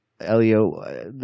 Elio